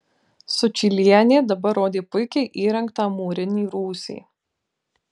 sučylienė dabar rodė puikiai įrengtą mūrinį rūsį